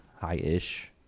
high-ish